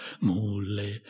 Mule